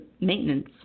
maintenance